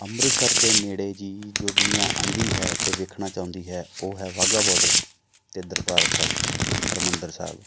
ਅੰਮ੍ਰਿਤਸਰ ਦੇ ਨੇੜੇ ਜੀ ਜੋ ਦੁਨੀਆਂ ਆਉਂਦੀ ਹੈ ਅਤੇ ਦੇਖਣਾ ਚਾਹੁੰਦੀ ਹੈ ਉਹ ਹੈ ਵਾਹਗਾ ਬੋਡਰ ਅਤੇ ਦਰਬਾਰ ਸਾਹਿਬ ਹਰਿਮੰਦਰ ਸਾਹਿਬ